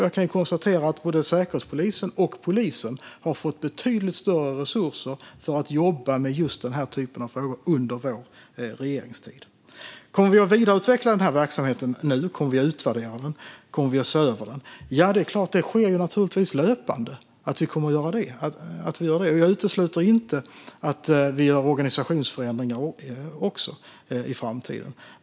Jag kan konstatera att både Säkerhetspolisen och polisen har fått betydligt större resurser för att jobba med just den här typen av frågor under vår regeringstid. Kommer vi att vidareutveckla, utvärdera och se över den här verksamheten? Ja, det kommer vi naturligtvis att göra löpande. Och jag utesluter inte att vi också gör organisationsförändringar i framtiden.